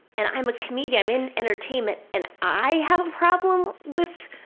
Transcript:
and i'm a comedian, i'm in entertainment and i have a problem? with,